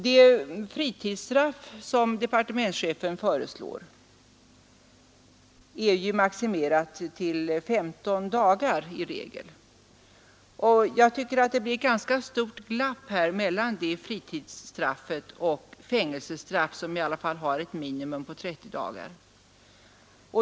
Det fritidsstraff som departementschefen föreslår är maximerat till i regel 15 dagar. Jag tycker att det blir ett ganska stort glapp mellan det fritidsstraffet och fängelsestraff, som i alla fall har ett minimum på 30 dagar.